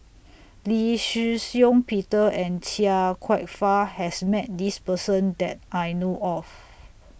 Lee Shih Shiong Peter and Chia Kwek Fah has Met This Person that I know of